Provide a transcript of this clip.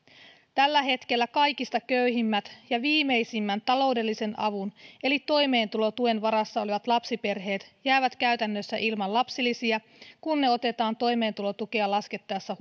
tällä hetkellä kaikista köyhimmät ja viimeisimmän taloudellisen avun eli toimeentulotuen varassa olevat lapsiperheet jäävät käytännössä ilman lapsilisiä kun ne otetaan toimeentulotukea laskettaessa